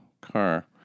car